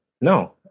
No